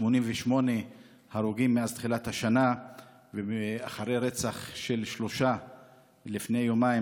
88 הרוגים מאז תחילת השנה אחרי רצח של שלושה לפני יומיים.